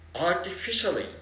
artificially